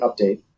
update